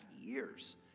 years